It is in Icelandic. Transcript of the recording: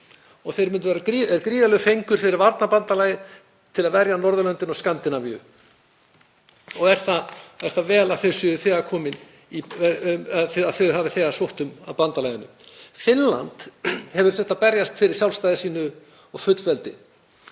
og þeir myndu vera gríðarlegur fengur fyrir varnarbandalagið til að verja Norðurlöndin og Skandinavíu og er það vel að þeir hafi þegar sótt um aðild að bandalaginu. Finnland hefur þurft að berjast fyrir sjálfstæði sínu og fullveldi.